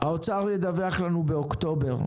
האוצר ידווח לנו באוקטובר,